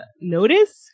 notice